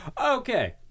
Okay